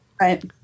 Right